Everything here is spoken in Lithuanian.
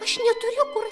aš neturiu kur